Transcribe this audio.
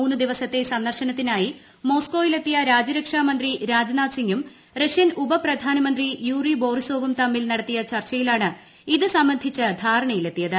മൂന്ന് ദിവസത്തെ സന്ദർശന്യത്തിനായി മോസ്കോയിലെത്തിയ രാജ്യരക്ഷാമന്ത്രി രാജ്നാഥ് സിംഗും റഷ്യൻ ഉപപ്രധാനമന്ത്രി യൂറി ബോറിസോവും ്തമ്മിൽ നടത്തിയ ചർച്ചയിലാണ് ഇത് സംബന്ധിച്ച് ധാരണയിലെത്തിയത്